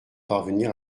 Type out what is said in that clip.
parvenir